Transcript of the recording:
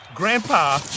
Grandpa